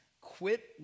Quit